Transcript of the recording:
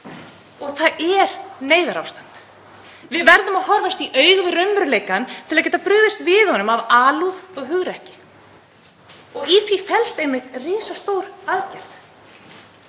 og það er neyðarástand. Við verðum að horfast í augu við raunveruleikann til að geta brugðist við honum af alúð og hugrekki og í því felst einmitt risastór aðgerð.